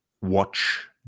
Watch